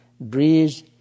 breeze